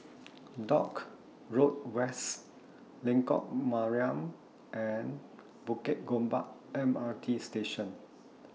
Dock Road West Lengkok Mariam and Bukit Gombak M R T Station